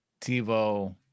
TiVo